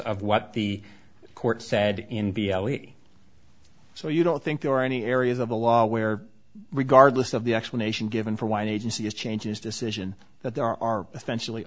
of what the court said in b l e so you don't think there are any areas of the law where regardless of the explanation given for why an agency is changes decision that there are essentially